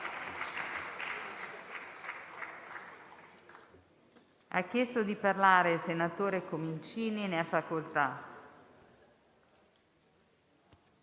Grazie